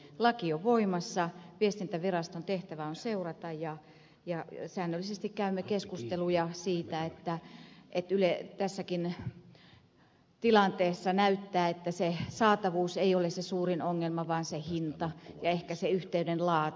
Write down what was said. laki on voimassa viestintäviraston tehtävä on seurata ja säännöllisesti käymme keskusteluja siitä että tässäkin tilanteessa näyttää että saatavuus ei ole suurin ongelma vaan se hinta ja ehkä se yhteyden laatu